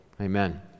amen